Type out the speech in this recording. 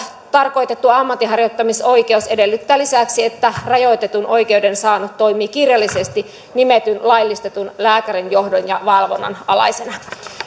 tarkoitettu ammatinharjoittamisoikeus edellyttää lisäksi että rajoitetun oikeuden saanut toimii kirjallisesti nimetyn laillistetun lääkärin johdon ja valvonnan alaisena